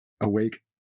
awake